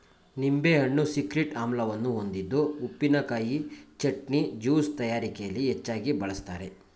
ನಿಂಬೆಹಣ್ಣು ಸಿಟ್ರಿಕ್ ಆಮ್ಲವನ್ನು ಹೊಂದಿದ್ದು ಉಪ್ಪಿನಕಾಯಿ, ಚಟ್ನಿ, ಜ್ಯೂಸ್ ತಯಾರಿಕೆಯಲ್ಲಿ ಹೆಚ್ಚಾಗಿ ಬಳ್ಸತ್ತರೆ